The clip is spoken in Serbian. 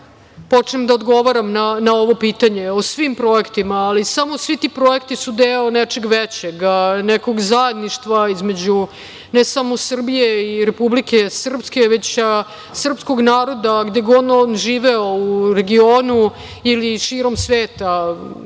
počnem da odgovaram na ovo pitanje, o svim projektima, ali svi ti projekti su deo nečeg većeg, nekog zajedništva između, ne samo Srbije i Republike Srpske, već srpskog naroda gde god on živeo u regionu ili širom sveta,